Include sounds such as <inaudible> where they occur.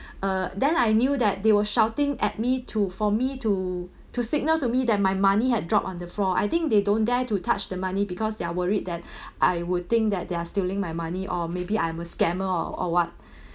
<breath> uh then I knew that they were shouting at me to for me to <breath> to signal to me that my money had dropped on the floor I think they don't dare to touch the money because they're worried that <breath> I would think that they are stealing my money or maybe I am a scammer or or what <breath>